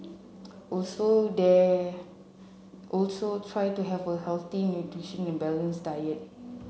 also the also try to have a healthy nutritious and balanced diet